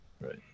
right